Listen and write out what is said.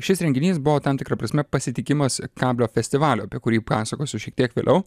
šis renginys buvo tam tikra prasme pasitikimas i kablio festivalio apie kurį pasakosiu šiek tiek vėliau